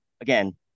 again